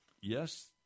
yes